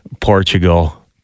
Portugal